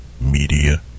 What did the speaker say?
Media